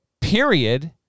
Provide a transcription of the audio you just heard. period